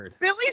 Billy